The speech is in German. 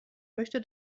möchte